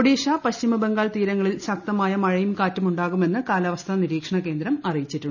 ഒഡീഷ പശ്ചിമ്ബർഗ്ഗാൾ തീരങ്ങളിൽ ശക്തി യായ മഴയും കാറ്റുമുണ്ടാകൂമെന്നു്ം കാലാവസ്ഥ നിരീക്ഷണ കേന്ദ്രം അറിയിച്ചു